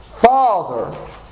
Father